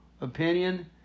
opinion